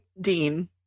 Dean